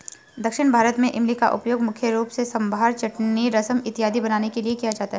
दक्षिण भारत में इमली का उपयोग मुख्य रूप से सांभर चटनी रसम इत्यादि बनाने के लिए किया जाता है